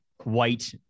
white